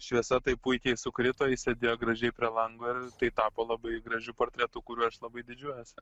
šviesa taip puikiai sukrito jis sėdėjo gražiai prie lango ir tai tapo labai gražiu portretu kuriuo aš labai didžiuojuosi